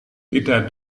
tidak